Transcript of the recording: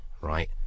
right